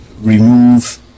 remove